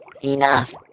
Enough